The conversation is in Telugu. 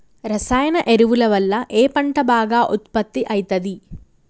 రసాయన ఎరువుల వల్ల ఏ పంట బాగా ఉత్పత్తి అయితది?